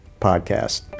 podcast